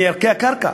מערכי הקרקע,